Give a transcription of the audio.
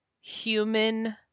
human